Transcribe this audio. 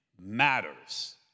matters